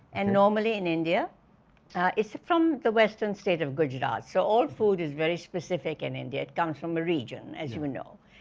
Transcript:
and normally in india, it is from the western state of gujarat. so all food is very specific in india it comes from a region, as you know.